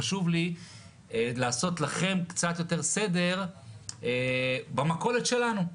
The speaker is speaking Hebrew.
חשוב לי לעשות לכם קצת יותר סדר במכולת שלנו,